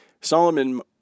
Solomon